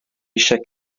eisiau